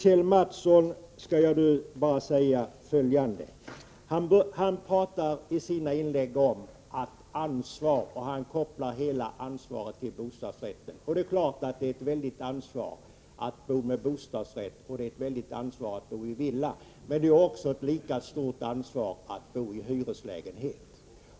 Kjell Mattsson talade om ansvar och kopplade hela ansvaret till bostadsrätten. Det är klart att det är ett stort ansvar att bo med bostadsrätt, och det är ett stort ansvar att bo i villa. Men det är ett lika stort ansvar att bo i hyreslägenhet.